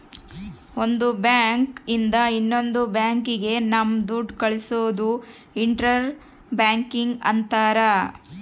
ಒಂದ್ ಬ್ಯಾಂಕ್ ಇಂದ ಇನ್ನೊಂದ್ ಬ್ಯಾಂಕ್ ಗೆ ನಮ್ ದುಡ್ಡು ಕಳ್ಸೋದು ಇಂಟರ್ ಬ್ಯಾಂಕಿಂಗ್ ಅಂತಾರ